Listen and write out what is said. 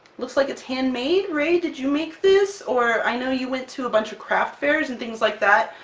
looks like it's handmade? rae, did you make this? or, i know you went to a bunch of craft fairs, and things like that.